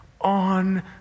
on